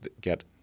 get